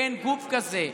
אין גוף כזה.